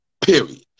Period